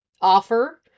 offer